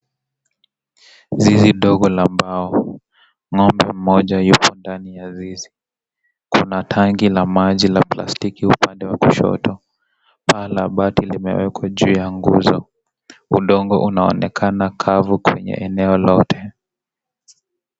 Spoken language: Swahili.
Zizi ndogo la mbao, ngombe mmoja yuko ndani ya zizi, kuna tanki la maji la plastiki upande wa kushoto, paa la bati limewekwa juu ya nguzo, udongo unaonekana kavu kwenye eneo lote.